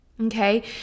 Okay